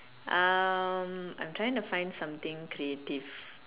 um I'm trying to find something creative